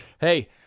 Hey